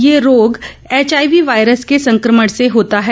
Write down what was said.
ये रोग HIV virus के संकमण से होता है